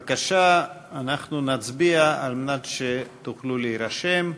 בבקשה, אנחנו נצביע על מנת שתוכלו להירשם.